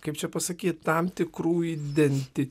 kaip čia pasakyt tam tikrųjų identi